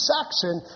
Saxon